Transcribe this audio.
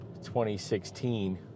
2016